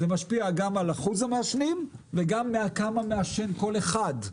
זה משפיע גם על אחוז המעשנים וגם כמה מעשן כל אחד.